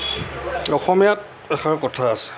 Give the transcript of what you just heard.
অসমীয়াত এষাৰ কথা আছে